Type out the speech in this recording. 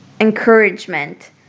encouragement